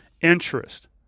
interest